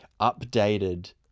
updated